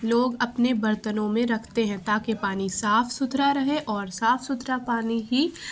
لوگ اپنے برتنوں میں رکھتے ہیں تاکہ پانی صاف ستھرا رہے اور صاف ستھرا پانی ہی